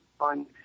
on